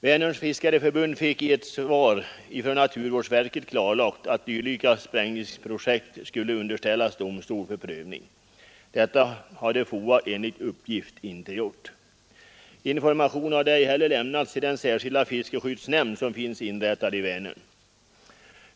Vänerns fiskareförbund fick i ett svar från naturvårdsverket klarlagt att dylika sprängningsprojekt skulle underställas domstol för prövning. Detta hade FOA enligt uppgift ej gjort. Information hade ej heller lämnats till den särskilda fiskeskyddsnämnd som finns inrättad i Vänern.